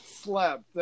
slept